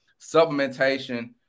supplementation